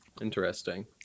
Interesting